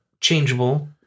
changeable